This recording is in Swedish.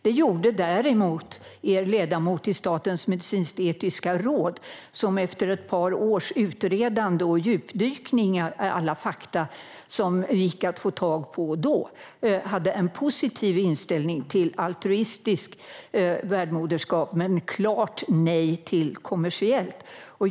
Det gjorde däremot er ledamot i Statens medicinsk-etiska råd, som efter ett par års utredande och djupdykningar för att få fram alla fakta som gick att få tag på hade en positiv inställning till altruistiskt värdmoderskap men ville säga klart nej till kommersiellt.